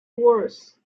worse